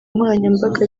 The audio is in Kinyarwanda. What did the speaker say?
nkoranyambaga